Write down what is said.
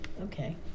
Okay